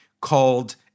called